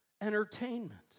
entertainment